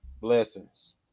blessings